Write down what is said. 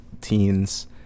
teens